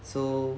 so